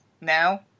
now